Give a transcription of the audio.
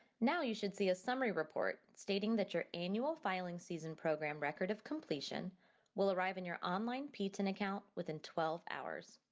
now you should see a summary report stating that your annual filing season program record of completion will arrive in your online ptin account within twelve hours.